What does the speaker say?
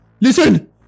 listen